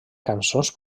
cançons